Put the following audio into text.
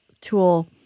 tool